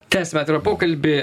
tęsiam atvirą pokalbį